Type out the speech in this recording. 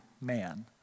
man